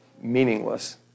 meaningless